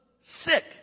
sick